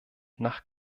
nach